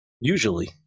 usually